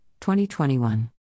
2021